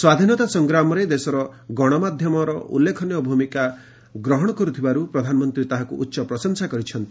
ସ୍ୱାଧୀନତା ସଂଗ୍ରାମରେ ଦେଶର ଗଣମାଧ୍ୟମ ଉଲ୍ଲ୍ରେଖନୀୟ ଭୂମିକା ଗ୍ରହଣ କରିଥିବା ପ୍ରଧାନମନ୍ତ୍ରୀ ତାହାକୁ ପ୍ରଶଂସା କରିଛନ୍ତି